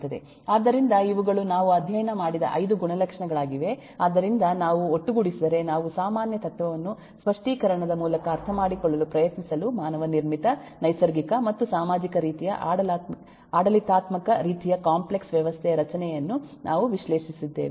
ಆದ್ದರಿಂದ ಇವುಗಳು ನಾವು ಅಧ್ಯಯನ ಮಾಡಿದ 5 ಗುಣಲಕ್ಷಣಗಳಾಗಿವೆ ಆದ್ದರಿಂದ ನಾವು ಒಟ್ಟುಗೂಡಿಸಿದರೆ ನಾವು ಸಾಮಾನ್ಯ ತತ್ವವನ್ನು ಸ್ಪಷ್ಟೀಕರಣದ ಮೂಲಕ ಅರ್ಥಮಾಡಿಕೊಳ್ಳಲು ಪ್ರಯತ್ನಿಸಲು ಮಾನವ ನಿರ್ಮಿತ ನೈಸರ್ಗಿಕ ಮತ್ತು ಸಾಮಾಜಿಕ ರೀತಿಯ ಆಡಳಿತಾತ್ಮಕ ರೀತಿಯ ಕಾಂಪ್ಲೆಕ್ಸ್ ವ್ಯವಸ್ಥೆಯ ರಚನೆಯನ್ನು ನಾವು ವಿಶ್ಲೇಷಿಸಿದ್ದೇವೆ